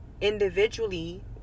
individually